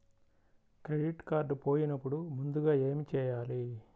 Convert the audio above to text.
Credit card పోయినపుడు ముందుగా ఏమి చేయాలి?